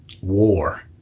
war